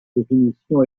définition